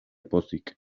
pozik